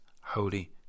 holy